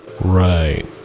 Right